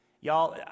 Y'all